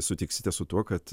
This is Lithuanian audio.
sutiksite su tuo kad